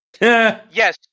Yes